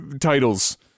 titles